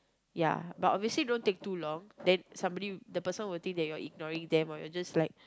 ya but obviously don't take too long then somebody the person will think that you're ignoring them or you're just like